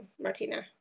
Martina